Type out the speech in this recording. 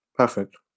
perfect